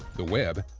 the webb,